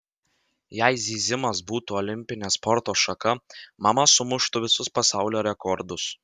jei zyzimas būtų olimpinė sporto šaka mama sumuštų visus pasaulio rekordus